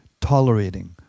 tolerating